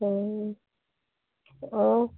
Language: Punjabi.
ਹਾਂ ਓ